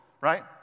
right